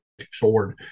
sword